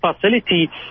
facility